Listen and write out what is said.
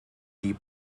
die